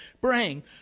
bring